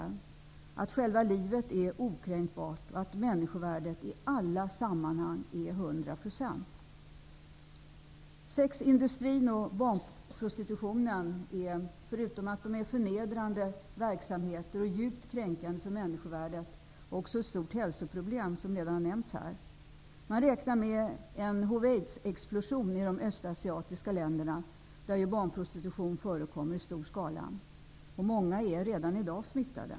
Vi menar att själva livet är okränkbart och att människovärdet i alla sammanhang är hundra procent. Sexindustrin och barnprostitutionen är, förutom att de är förnedrande verksamheter och djupt kränkande för människovärdet, som redan nämnts i debatten också ett stort hälsoproblem. Man räknar med en HIV/aids-explosion i de östasiatiska länderna, där ju barnprostitution förekommer i stor skala. Många är redan i dag smittade.